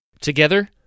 Together